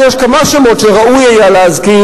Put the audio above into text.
כי יש כמה שמות שראוי היה להזכיר,